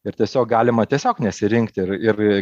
ir tiesiog galima tiesiog nesirinkti ir ir